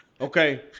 Okay